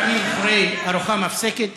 לפעמים אחרי ארוחה מפסקת,